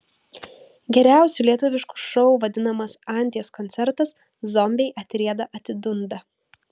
geriausiu lietuvišku šou vadinamas anties koncertas zombiai atrieda atidunda